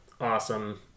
awesome